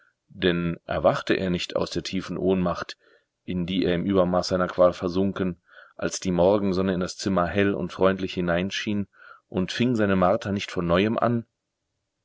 denn erwachte er nicht aus der tiefen ohnmacht in die er im übermaß seiner qual versunken als die morgensonne in das zimmer hell und freundlich hineinschien und fing seine marter nicht von neuem an